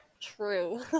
True